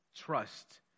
trust